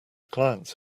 clients